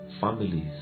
families